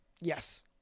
Yes